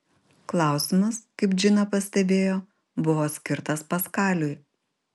klausimas kaip džina pastebėjo buvo skirtas paskaliui